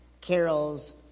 carols